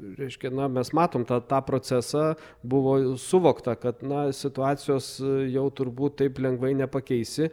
reiškia na mes matom tą tą procesą buvo suvokta kad na situacijos jau turbūt taip lengvai nepakeisi